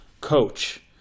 coach